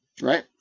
Right